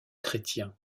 chrétien